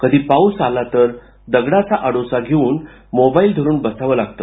कधी पाऊस आला तर दगडाचा आडोसा घेऊन मोबाईल धरून बसावं लागत